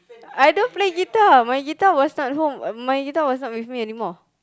I don't play guitar my guitar was not at home uh my guitar was not with me anymore